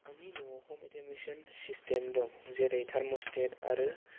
आंनि न'आव ह एटेमेसन सिस्टेम दं जेरै टार्मस्टेट आरो